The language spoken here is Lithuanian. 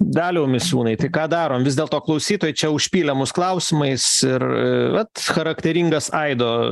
daliau misiūnai tai ką darom vis dėlto klausytojai čia užpylė mus klausimais ir vat charakteringas aido